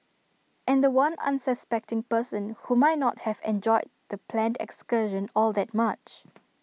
and The One unsuspecting person who might not have enjoyed the planned excursion all that much